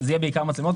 זה יהיה בעיקר מצלמות.